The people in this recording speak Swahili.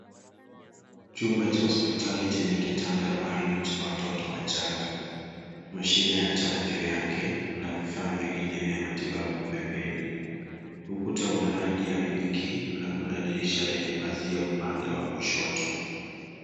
Chumba cha hospitali chenye kitanda maalum cha watoto wachanga mashine ya taa juu yake na vifaa vingine vya matibabu pembeni ukuta una rangi ya pinki na kuna dirisha lenye pazia upande wa kushoto.